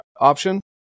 option